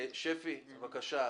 שפי, בבקשה.